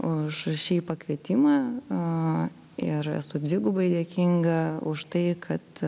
už šį pakvietimą ir esu dvigubai dėkinga už tai kad